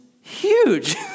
huge